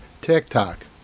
TikTok